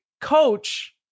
Coach